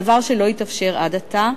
דבר שלא התאפשר עד עתה,